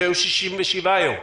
שלהם היו 67 יום.